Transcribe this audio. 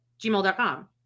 gmail.com